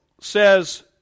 says